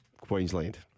Queensland